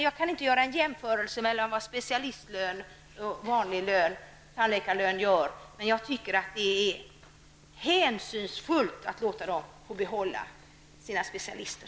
Jag kan inte göra någon jämförelse mellan vad en specialisttandläkare och en vanlig tandläkare har i lön, men jag tycker att det hänsynsfullt att låta dessa barn få behålla sina specialister.